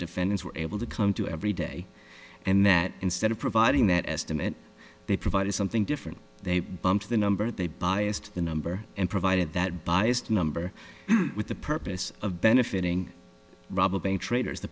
defenders were able to come to every day and that instead of providing that estimate they provided something different they bump to the number they biased the number and provided that biased number with the purpose of benefiting rob abate traders the